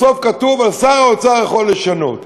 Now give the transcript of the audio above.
בסוף כתוב: שר האוצר יכול לשנות.